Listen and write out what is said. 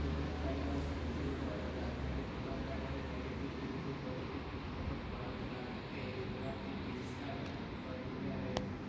ପୁରୁଣା କାଳିଆର ସ୍ମୃତି ଗୋଟେ ଅଲଗା କାହିଁ ପୁରୁଣା କାଳିଆରେ ନେଗେଟିଭରୁ ପଜେଟିଭ୍ ଫଟୋ ବାହାରୁଥିଲା ଏହି ନୂଆ ଡିଜିଟାଲ୍ ଦୁନିଆରେ